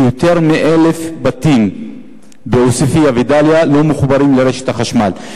שיותר מ-1,000 בתים בעוספיא ובדאליה לא מחוברים לרשת החשמל.